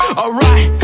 alright